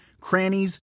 crannies